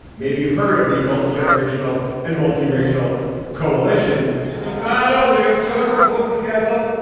maybe you've heard of the multi-generational and multi-racial coalition in nevada. we have just put together